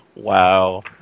Wow